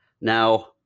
Now